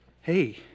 Hey